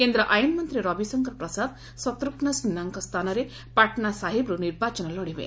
କେନ୍ଦ୍ର ଆଇନ ମନ୍ତ୍ରୀ ରବିଶଙ୍କର ପ୍ରସାଦ ଶତ୍ରଘୁ ସିହ୍ରାଙ୍କ ସ୍ଥାନରେ ପାଟନା ସାହିବ୍ରୁ ନିର୍ବାଚନ ଲଢ଼ିବେ